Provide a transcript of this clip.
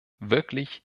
wirklich